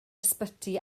ysbyty